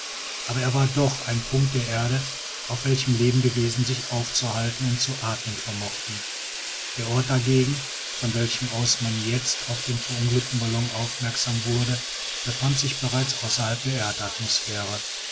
aber er war doch ein punkt der erde auf welchem lebende wesen sich aufzuhalten und zu atmen vermochten der ort dagegen von welchem aus man jetzt auf den verunglückten ballon aufmerksam wurde befand sich bereits außerhalb der erdatmosphäre